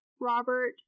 Robert